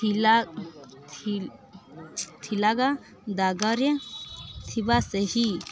ଥିଲା ଥିଲା ଥିବା ସେହି